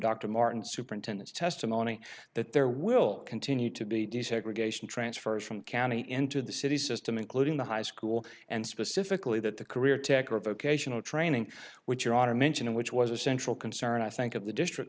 dr martin superintendents testimony that there will continue to be desegregation transfers from county into the city system including the high school and specifically that the career tech or vocational training which your honor mentioned which was a central concern i think of the district